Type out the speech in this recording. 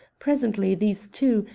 presently these, too,